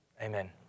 Amen